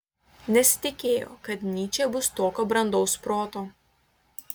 nesitikėjo kad nyčė bus tokio brandaus proto